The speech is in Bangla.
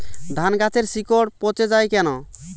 ধানগাছের শিকড় পচে য়ায় কেন?